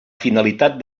finalitat